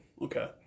Okay